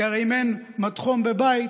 כי הרי אם אין מד-חום בבית,